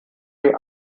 die